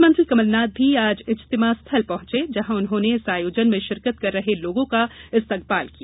मुख्यमंत्री कमलनाथ भी आज इज्तिमा स्थल पहुंचे जहां उन्होंने इस आयोजन में शिरकत कर रहे लोगों का इस्तकबाल किया